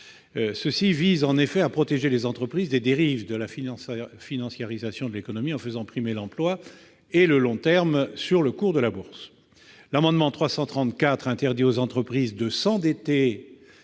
visent à protéger les entreprises des dérives de la financiarisation de l'économie en faisant primer l'emploi et le long terme sur le cours de la bourse. L'amendement n° 334 rectifié tend à interdire aux entreprises de s'endetter